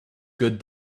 good